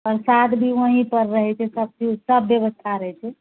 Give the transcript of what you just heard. प्रसाद भी ओएह पर रहै छै सबचीज सब व्यवस्था रहैत छै